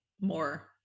more